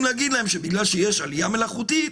להגיד להם שבגלל שיש עלייה מלאכותית,